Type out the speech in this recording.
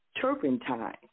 turpentine